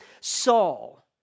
Saul